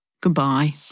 Goodbye